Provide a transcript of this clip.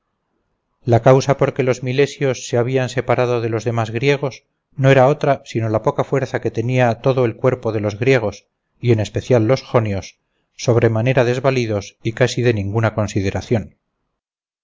la causa porque los milesios se habían separado de los demás griegos no era otra sino la poca fuerza que tenía todo el cuerpo de los griegos y en especial los jonios sobremanera desvalidos y casi de ninguna consideración